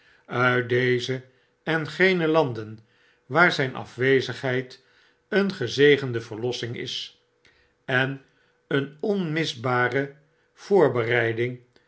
uit deze en gene landen waar zgn afwezigheid een gezegende verlossing is en een onmisbare